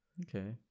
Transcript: Okay